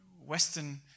Western